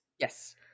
yes